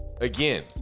Again